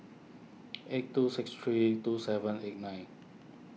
eight two six three two seven eight nine